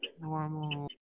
normal